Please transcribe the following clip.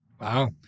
Wow